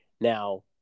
Now